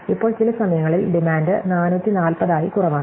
ഇപ്പോൾ ചില സമയങ്ങളിൽ ഡിമാൻഡ് 440 ആയി കുറവാണ്